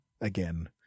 again